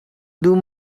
duh